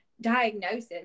diagnosis